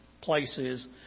places